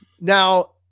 Now